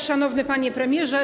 Szanowny Panie Premierze!